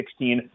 2016